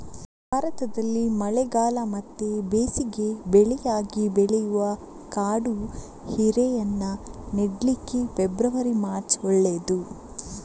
ಭಾರತದಲ್ಲಿ ಮಳೆಗಾಲ ಮತ್ತೆ ಬೇಸಿಗೆ ಬೆಳೆಯಾಗಿ ಬೆಳೆಯುವ ಕಾಡು ಹೀರೆಯನ್ನ ನೆಡ್ಲಿಕ್ಕೆ ಫೆಬ್ರವರಿ, ಮಾರ್ಚ್ ಒಳ್ಳೇದು